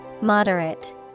moderate